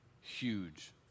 huge